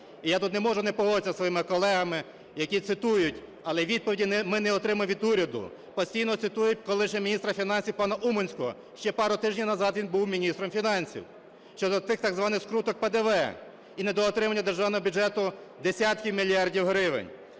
І я тут не можу не погодитися зі своїми колегами, які цитують, але відповіді ми не отримали від уряду, постійно цитують колишнього міністра фінансів пана Уманського, ще пару тижнів назад він був міністром фінансів, щодо тих так званих скруток ПДВ і недоотримання державного бюджету в десятки мільярдів гривень.